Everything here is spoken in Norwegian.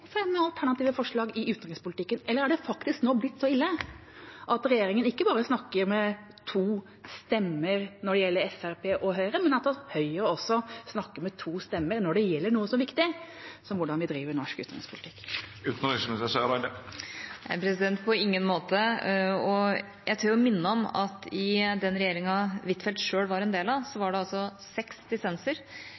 fremme alternative forslag i utenrikspolitikken, eller er det faktisk nå blitt så ille at regjeringen ikke bare snakker med to stemmer når det gjelder Fremskrittspartiet og Høyre, men også at Høyre snakker med to stemmer når det gjelder noe så viktig som hvordan vi driver norsk utenrikspolitikk? På ingen måte. Jeg tør å minne om at i den regjeringa Huitfeldt sjøl var en del av,